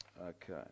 Okay